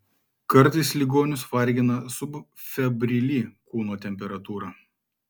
kartais ligonius vargina subfebrili kūno temperatūra